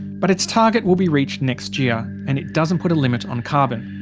but its target will be reached next year and it doesn't put a limit on carbon.